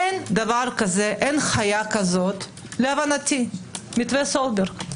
אין חיה כזאת להבנתי, מתווה סולברג.